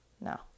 No